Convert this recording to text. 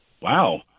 Wow